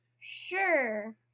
Sure